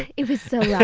it was so